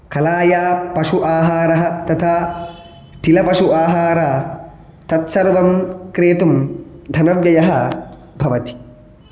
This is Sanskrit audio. कलायः पशु आहारः तथा तिलपशु आहार तत्सर्वं क्रेतुं धनव्ययः भवति